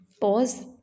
Pause